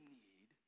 need